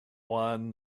won